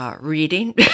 Reading